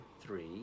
three